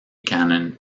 canon